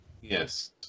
Yes